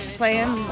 playing